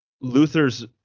Luther's